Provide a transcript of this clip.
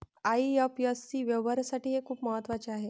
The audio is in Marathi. आई.एफ.एस.सी व्यवहारासाठी हे खूप महत्वाचे आहे